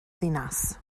ddinas